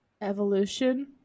Evolution